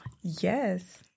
Yes